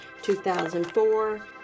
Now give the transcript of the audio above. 2004